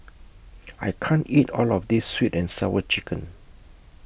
I can't eat All of This Sweet and Sour Chicken